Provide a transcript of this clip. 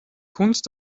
kunst